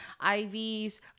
IVs